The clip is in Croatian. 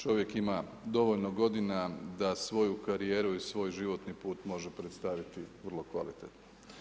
Čovjek ima dovoljno godina da svoju karijeru i svoj životni put može predstaviti vrlo kvalitetno.